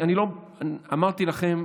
אמרתי לכם,